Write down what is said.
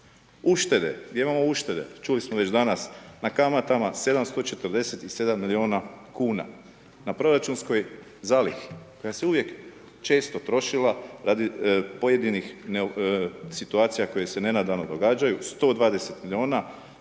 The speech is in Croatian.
Uštede, gdje imamo uštede, čuli smo već danas na kamatama 747 miliona kuna, na proračunskoj zalihi koja se uvijek često trošila radi pojedinih situacija koje se nenadano događaju 120 miliona i